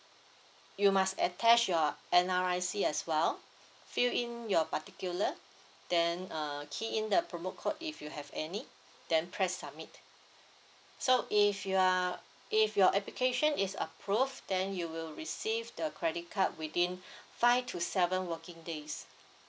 you must attach your N_R_I_C as well fill in your particular then uh key in the promo code if you have any then press submit so if you are if your application is approve then you will receive the credit card within five to seven working days